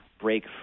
break